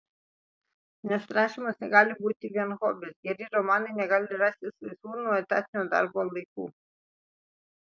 nes rašymas negali būti vien hobis geri romanai negali rastis laisvu nuo etatinio darbo laiku